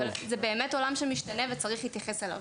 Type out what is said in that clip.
אבל זה עולם שמשתנה וצריך להתייחס אליו.